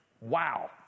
Wow